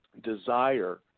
desire